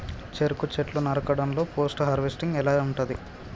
చెరుకు చెట్లు నరకడం లో పోస్ట్ హార్వెస్టింగ్ ఎలా ఉంటది?